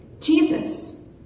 Jesus